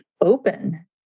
open